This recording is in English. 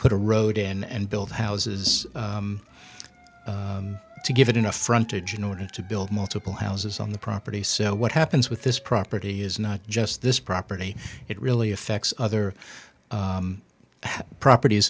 put a road in and build houses to give it in a frontage in order to build multiple houses on the property so what happens with this property is not just this property it really affects other properties